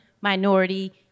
minority